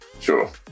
Sure